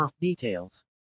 Details